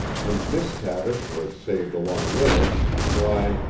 and miss tavish was saved along with us why,